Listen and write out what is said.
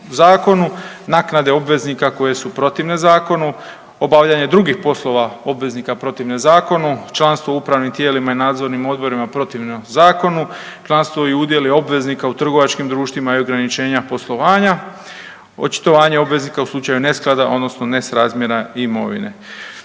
zakonu, naknade obveznika koje su protivne zakonu, obavljanje drugih poslova obveznika protivne zakonu, članstvo u upravnim tijelima i nadzornim odborima protivno zakonu, članstvo i udjeli obveznika u trgovačkim društvima i ograničenja poslovanja, očitovanje obveznika u slučaju nesklada odnosno ne srazmjera imovine.